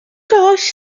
ktoś